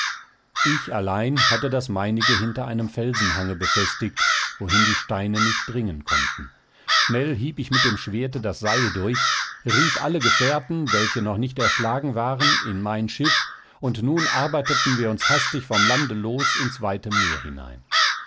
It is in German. ich allein hatte das meinige hinter einem felsenhange befestigt wohin die steine nicht dringen konnten schnell hieb ich mit dem schwerte das seil durch rief alle gefährten welche noch nicht erschlagen waren in mein schiff und nun arbeiteten wir uns hastig vom lande los ins weite meer hinein